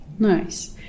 Nice